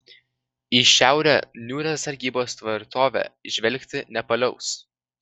į šiaurę niūrią sargybos tvirtovė žvelgti nepaliaus